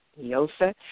Yosa